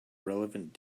relevant